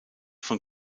von